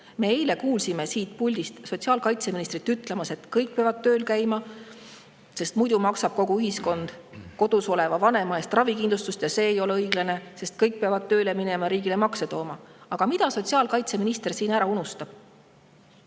Me eile kuulsime siit puldist sotsiaalkaitseministrit ütlemas, et kõik peavad tööl käima. Muidu maksab kogu ühiskond kodus oleva vanema eest ravikindlustust ja see ei ole õiglane. Kõik peavad tööle minema ja riigile makse maksma. Aga mille sotsiaalkaitseminister siin ära unustab?